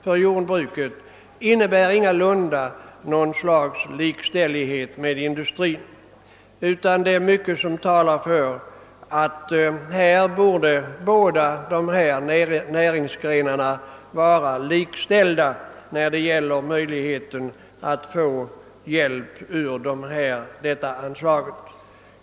för jordbruket innebär ingalunda något slags likställighet med industrin, utan det är mycket som talar för att dessa båda näringsgrenar borde likställas när det gäller möjligheterna att få hjälp ur detta anslag.